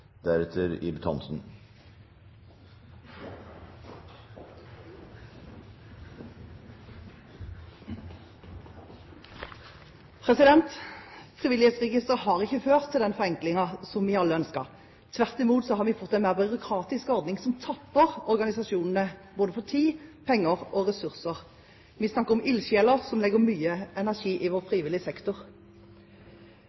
Frivillighetsregisteret har ikke ført til den forenklingen som vi alle ønsket. Tvert imot har vi fått en mer byråkratisk ordning som tapper organisasjonene for både tid, penger og ressurser. Vi snakker om ildsjeler som legger mye energi i vår